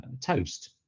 toast